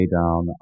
down